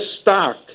stock